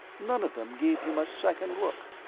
none of them gave him a second look.